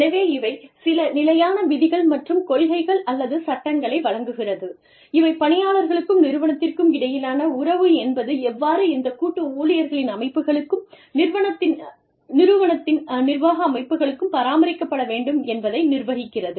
எனவே இவை சில நிலையான விதிகள் மற்றும் கொள்கைகள் அல்லது சட்டங்களை வழங்குகிறது இவை பணியாளர்களுக்கும் நிறுவனத்திற்கும் இடையிலான உறவு என்பது எவ்வாறு இந்த கூட்டு ஊழியர்களின் அமைப்புகளுக்கும் நிறுவனத்தின் நிர்வாக அமைப்புகளுக்கும் பராமரிக்கப்பட வேண்டும் என்பதை நிர்வகிக்கிறது